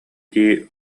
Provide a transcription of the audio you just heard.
дии